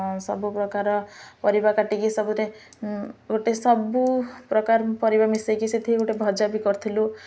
ସବୁ ପ୍ରକାର ପରିବା କାଟିକି ସବୁରେ ଗୋଟେ ସବୁ ପ୍ରକାର ପରିବା ମିଶାଇକି ସେଠି ଗୋଟେ ଭଜା ବି କରିଥିଲୁ